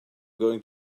going